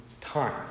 time